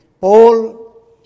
Paul